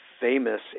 famous